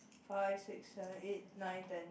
five six seven eight nine ten